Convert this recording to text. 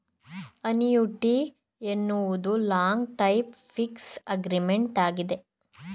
annuity ಎನ್ನುವುದು long time fix agreement ಆಗಿದೆ